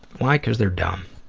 why? cuz they're dumb.